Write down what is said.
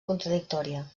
contradictòria